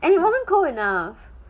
it wasn't cold enough